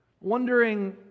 Wondering